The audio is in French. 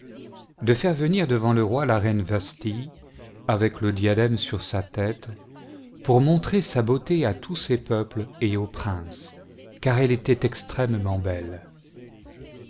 de faire venir devant le roi la reine vasthi avec le diadème sur sa tête pour montrer sa beauté à tous ses peuples et aux princes cai elle était extrêmement belle